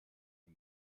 die